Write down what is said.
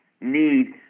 need